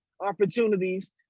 opportunities